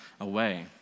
away